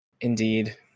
Indeed